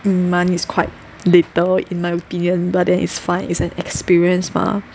demand is quite little in my opinion but then it's fine it's an experience mah